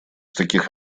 таких